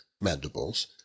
mandibles